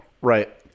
Right